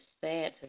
sad